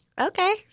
okay